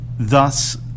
Thus